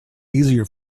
easier